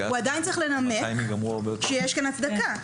הוא עדיין צריך לנמק כי יש כאן הצדקה.